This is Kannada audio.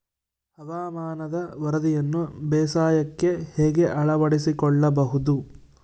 ಹವಾಮಾನದ ವರದಿಯನ್ನು ಬೇಸಾಯಕ್ಕೆ ಹೇಗೆ ಅಳವಡಿಸಿಕೊಳ್ಳಬಹುದು?